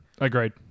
Agreed